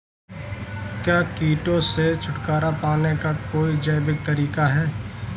क्या कीटों से छुटकारा पाने का कोई जैविक तरीका है?